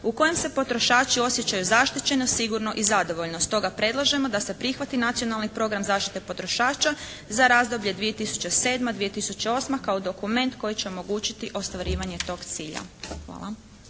u kojem se potrošači osjećaju zaštićeno, sigurno i zadovoljno, stoga predlažemo da se prihvati Nacionalni program zaštite potrošača za razdoblje 2007.-2008. kao dokument koji će omogućiti ostvarivanje tog cilja. Hvala.